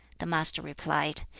the master replied,